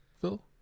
Phil